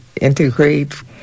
integrate